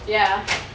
ya